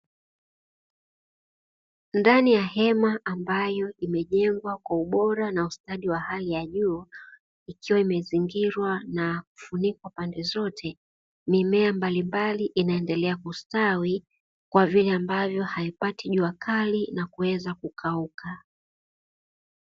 Ndani ya hema ambayo imejengwa kwa ubora na ustadi wa hali ya juu, ikiwa imezingirwa na kufunikwa pande zote mimea mbalimbali inaendelea kustawi kwa vile ambavyo haipati jua kali na kuweza kukauka.